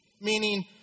Meaning